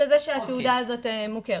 על כך שהתעודה הזו מוכרת.